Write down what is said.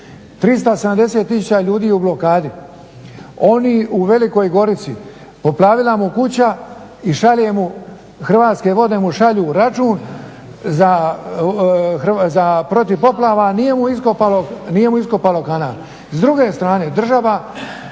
370 tisuća ljudi je u blokadi. Oni u Velikoj Gorici poplavila mu kuća i Hrvatske vode mu šalju račun protiv poplava, a nije mu iskopalo kanal.